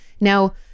Now